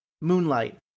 Moonlight